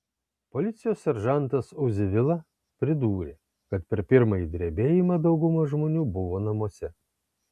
policijos seržantas uzi vila pridūrė kad per pirmąjį drebėjimą dauguma žmonių buvo namuose